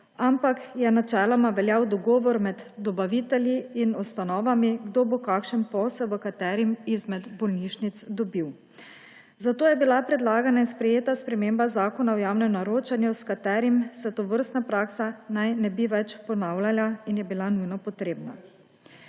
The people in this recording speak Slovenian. ampak je načeloma veljal dogovor med dobavitelji in ustanovami, kdo bo kakšen posel v katerem izmed bolnišnic dobil. Zato je bila predlagana in sprejeta sprememba Zakona o javnem naročanju, s katerim se tovrstna praksa naj ne bi več ponavljala in je bila nujno potrebna.